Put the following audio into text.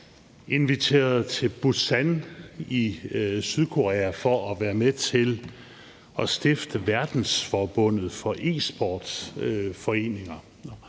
inviteret til Busan i Sydkorea for at være med til at stifte verdensforbundet for e-sportsforeninger.